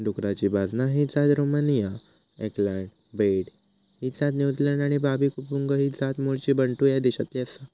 डुकराची बाजना ही जात रोमानिया, ऑकलंड बेट ही जात न्युझीलंड आणि बाबी कंपुंग ही जात मूळची बंटू ह्या देशातली आसा